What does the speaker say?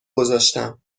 گذاشتم